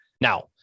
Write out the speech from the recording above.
Now